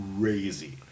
crazy